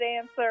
answer